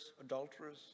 adulterers